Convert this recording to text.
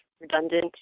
redundant